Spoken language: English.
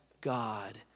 God